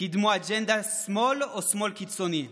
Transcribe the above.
קידמו אג'נדת שמאל או שמאל קיצוני.